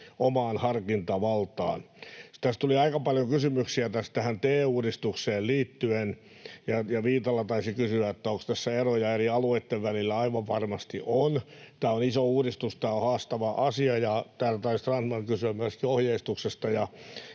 omaan harkintavaltaan. Sitten tässä tuli aika paljon kysymyksiä tähän TE-uudistukseen liittyen. Viitala taisi kysyä, onko tässä eroja eri alueitten välillä. Aivan varmasti on. Tämä on iso uudistus, tämä on haastava asia. Ja täällä taisi Strandman kysyä myöskin ohjeistuksesta.